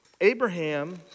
Abraham